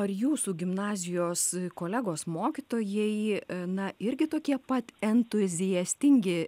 ar jūsų gimnazijos kolegos mokytojai na irgi tokie pat entuziastingi